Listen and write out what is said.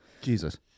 Jesus